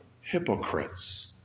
hypocrites